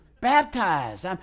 baptized